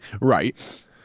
Right